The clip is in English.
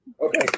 Okay